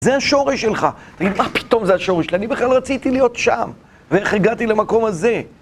זה השורש שלך, תגיד מה פתאום זה השורש שלך, אני בכלל רציתי להיות שם, ואיך הגעתי למקום הזה?